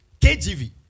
KGV